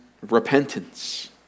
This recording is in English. repentance